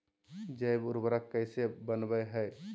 जैव उर्वरक कैसे वनवय हैय?